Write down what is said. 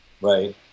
right